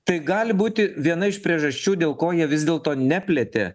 tai gali būti viena iš priežasčių dėl ko jie vis dėlto neplėtė